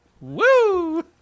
Woo